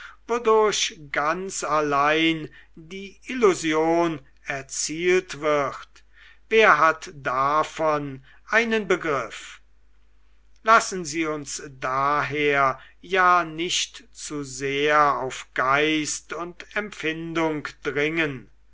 wodurch ganz allein die illusion erzielt wird wer hat davon einen begriff lassen sie uns daher ja nicht zu sehr auf geist und empfindung dringen